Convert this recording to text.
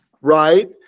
Right